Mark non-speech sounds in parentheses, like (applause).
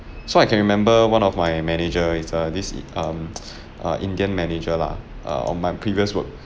so I can remember one of my manager is a this i~ um (noise) uh indian manager lah uh on my previous work